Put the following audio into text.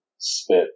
Spit